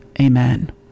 Amen